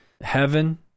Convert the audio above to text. heaven